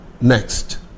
Next